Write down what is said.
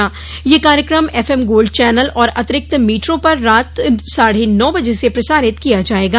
यह कार्यक्रम F M gold channel और अतिरिक्त मीटरों पर रात साढ़े नौ बजे से प्रसारित किया जायेगा